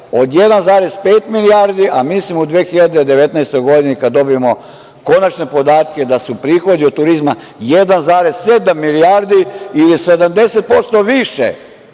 1,5 milijardi, a mislim u 2019. godini kada dobijemo konačne podatke da su prihodi od turizma 1,7 milijardi ili 70% više